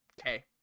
Okay